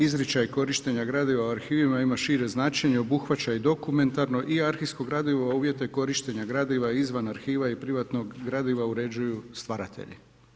Izričaj „korištenje gradiva o arhivima“ ima šire značenje, obuhvaća i dokumentarno i arhivsko gradivo a uvjete korištenja gradiva izvan arhiva i privatnog gradiva uređuju stvaratelji.